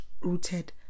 rooted